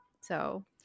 So-